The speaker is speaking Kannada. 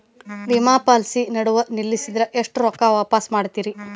ವಿಮಾ ಪಾಲಿಸಿ ನಡುವ ನಿಲ್ಲಸಿದ್ರ ಎಷ್ಟ ರೊಕ್ಕ ವಾಪಸ್ ಕೊಡ್ತೇರಿ?